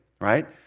right